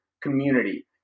community